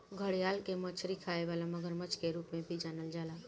घड़ियाल के मछरी खाए वाला मगरमच्छ के रूप में भी जानल जाला